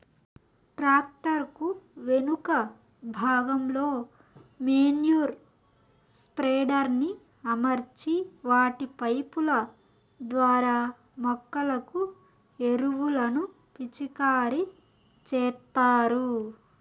tractor కు వెనుక భాగంలో మేన్యుర్ స్ప్రెడర్ ని అమర్చి వాటి పైపు ల ద్వారా మొక్కలకు ఎరువులను పిచికారి చేత్తారు